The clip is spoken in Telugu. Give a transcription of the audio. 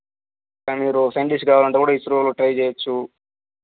మీరు సైంటిస్ట్ కావాలంటే కూడా ఇస్రోలో ట్రై చెయ్యచ్చు